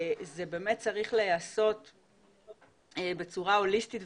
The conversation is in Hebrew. זה באמת צריך להיעשות בצורה הוליסטית.